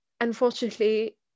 unfortunately